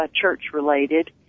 church-related